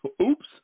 Oops